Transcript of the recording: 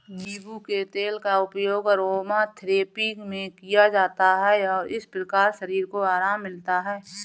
नींबू के तेल का उपयोग अरोमाथेरेपी में किया जाता है और इस प्रकार शरीर को आराम मिलता है